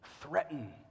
threaten